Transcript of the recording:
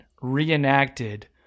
reenacted